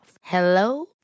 Hello